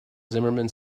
zimmerman